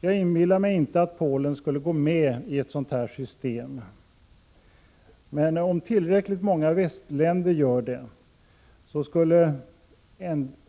Jag inbillar mig inte att Polen skulle gå med i ett sådant system, men om tillräckligt många västländer gör det skulle